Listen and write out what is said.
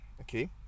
Okay